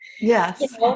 yes